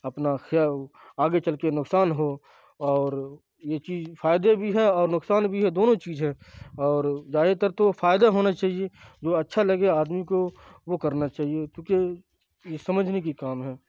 اپنا آگے چل کے نقصان ہو اور یہ چیز فائدے بھی ہیں اور نقصان بھی ہے دونوں چیز ہیں اور زیادہ تر تو فائدہ ہونا چاہیے جو اچھا لگے آدمی کو وہ کرنا چاہیے کیونکہ یہ سمجھنے کی کام ہیں